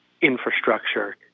infrastructure